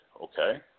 okay